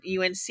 UNC